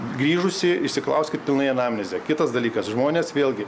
grįžusį išsiklauskit pilnai anamnezę kitas dalykas žmonės vėlgi